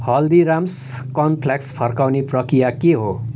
Haldiram's cornflakes फर्काउने प्रक्रिया के हो